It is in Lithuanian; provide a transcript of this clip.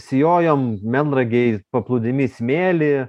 sijojom melnragėj paplūdimy smėlį